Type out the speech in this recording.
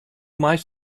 meist